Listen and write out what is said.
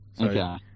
Okay